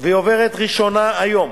והיא עוברת ראשונה היום